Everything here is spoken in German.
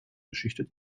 geschichte